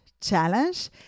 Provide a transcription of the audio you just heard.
challenge